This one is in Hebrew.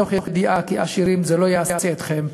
מתוך ידיעה כי עשירים זה לא יעשה אתכם,